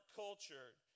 cultured